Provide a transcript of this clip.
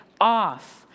off